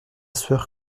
sueur